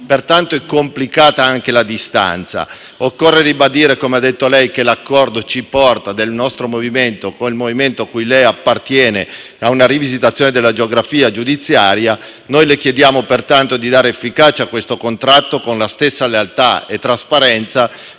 15,34)** (*Segue* BERGESIO). Occorre ribadire, come ha detto lei, che l'accordo porta, il nostro movimento con il movimento cui lei appartiene, a una rivisitazione della geografia giudiziaria. Noi le chiediamo, pertanto, di dare efficacia a questo contratto con la stessa lealtà e trasparenza